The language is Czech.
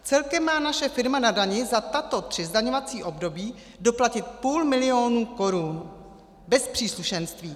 Celkem má naše firma na dani za tato tři zdaňovací období doplatit půl milionu korun bez příslušenství.